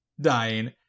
dying